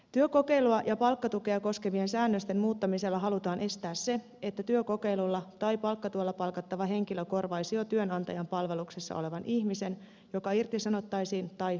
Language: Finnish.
työkokeilua ja palkkatukea koskevien säännösten muuttamisella halutaan estää se että työkokeilulla tai palkkatuella palkattava henkilö korvaisi jo työnantajan palveluksessa olevan ihmisen joka irtisanottaisiin tai lomautettaisiin